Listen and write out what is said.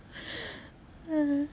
hmm